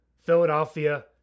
Philadelphia